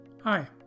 Hi